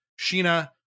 Sheena